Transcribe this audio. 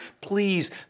Please